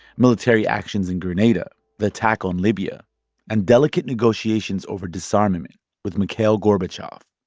military actions in grenada, the attack on libya and delicate negotiations over disarmament with mikhail gorbachev